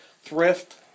thrift